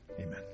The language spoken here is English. amen